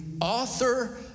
Author